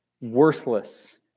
worthless